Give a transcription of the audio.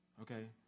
Okay